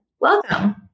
Welcome